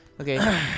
Okay